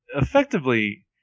effectively